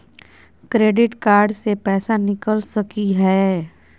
Credit card से पैसा निकल सकी हय?